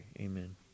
Amen